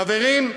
חברים,